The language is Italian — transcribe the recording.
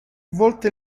volte